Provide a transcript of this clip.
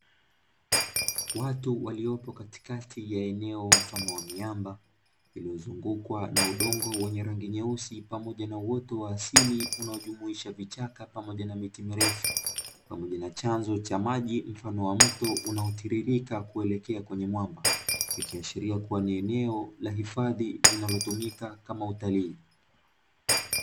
Watu waliopo katikati ya eneo mfano wa miamba iliyozungukwa na udongo wenye rangi nyeusii pamoja na nuoto wa asili unaojumuisha vichaka pamoja na miti mirefu, pamoja na chanzo cha maji mfano wa mto unao tiririka kuelekea kwenye mwamba ikiashiria kua nieneo la hifadi linalotumika kama utalii.